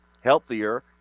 healthier